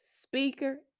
speaker